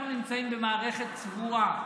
אנחנו נמצאים במערכת סגורה,